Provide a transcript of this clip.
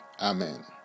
Amen